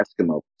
eskimo